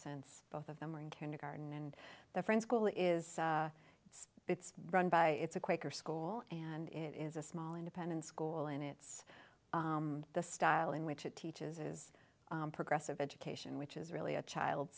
since both of them were in kindergarten and the french school is it's run by it's a quaker school and it is a small independent school and it's the style in which it teaches is progressive education which is really a child